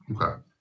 okay